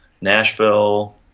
nashville